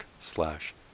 slash